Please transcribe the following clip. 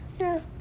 No